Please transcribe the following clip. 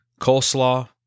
coleslaw